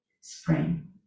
Spring